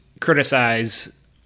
criticize